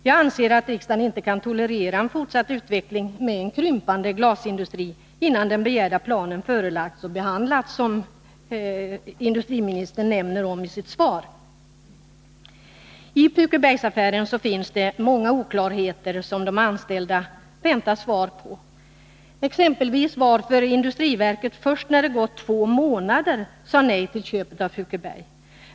Jag anser att riksdagen inte kan tolerera en fortsatt utveckling med en krympande glasindustri innan den begärda planen Nr 122 förelagts riksdagen och behandlats, något som industriministern talar om i I Pukebergsaffären finns det många oklarheter, som de anställda väntar besked om. En fråga är varför industriverket först när det gått två månader sade nej till köpet av Pukeberg.